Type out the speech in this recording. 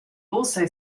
also